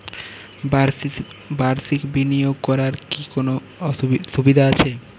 বাষির্ক বিনিয়োগ করার কি কোনো সুবিধা আছে?